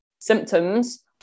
symptoms